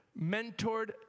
mentored